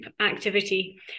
activity